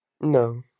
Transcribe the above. No